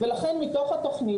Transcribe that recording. ולכן מתוך התוכנית,